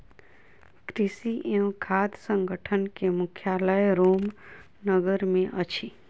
कृषि एवं खाद्य संगठन के मुख्यालय रोम नगर मे अछि